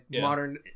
Modern